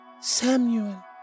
Samuel